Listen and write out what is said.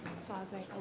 saucing